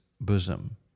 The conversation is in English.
bosom